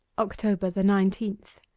october the nineteenth